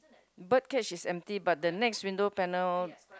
bird cage age is empty but the next window panel